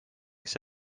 kes